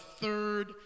third